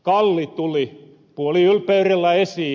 kalli tuli puoliylpeyrellä esiin